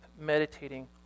meditating